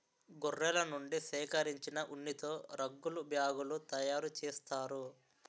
గొర్రెల నుండి సేకరించిన ఉన్నితో రగ్గులు బ్యాగులు తయారు చేస్తారు